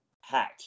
hat